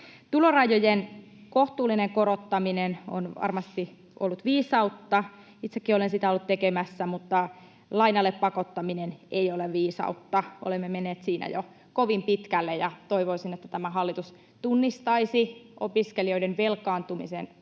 Tulorajojen kohtuullinen korottaminen on varmasti ollut viisautta, itsekin olen sitä ollut tekemässä, mutta lainalle pakottaminen ei ole viisautta. Olemme menneet siinä jo kovin pitkälle, ja toivoisin, että tämä hallitus tunnistaisi kasvavan huolen,